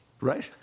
right